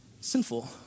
sinful